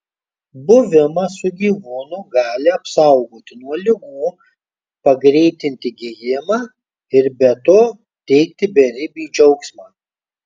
buvimas su gyvūnu gali apsaugoti nuo ligų pagreitinti gijimą ir be to teikti beribį džiaugsmą